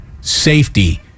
safety